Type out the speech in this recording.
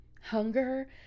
hunger